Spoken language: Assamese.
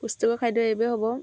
পুষ্টিকৰ খাদ্য এইবোৰে হ'ব